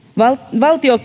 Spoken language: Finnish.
valtion